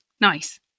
Nice